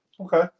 Okay